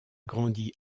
grandi